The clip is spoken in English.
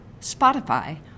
Spotify